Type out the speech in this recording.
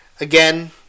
Again